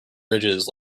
ridges